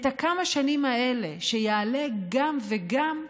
את הכמה שנים האלה שיעלו גם וגם,